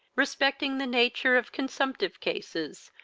respecting the nature of consumptive cases,